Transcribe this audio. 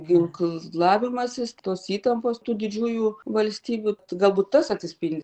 ginklavimasis tos įtampos tų didžiųjų valstybių galbūt tas atsispindi